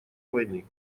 войны